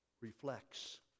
reflects